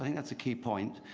i think it's a key point.